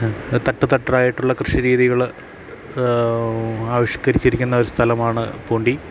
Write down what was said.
തട്ട് തട്ടായിട്ടുള്ള കൃഷി രീതികൾ ആവിഷ്കരിച്ചിരിക്കുന്ന ഒരു സ്ഥലമാണ് പൂണ്ടി